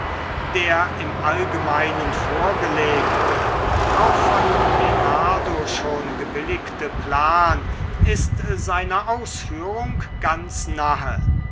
der im allgemeinen vorgelegte auch von lenardo schon gebilligte plan ist seiner ausführung ganz nah